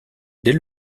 dès